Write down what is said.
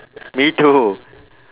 me too